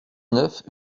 neuf